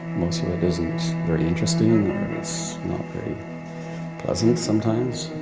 most of it isn't very interesting or it's not very pleasant sometimes,